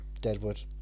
deadwood